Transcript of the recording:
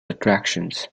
attractions